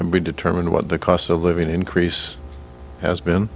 and we determine what the cost of living increase has been